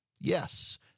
Yes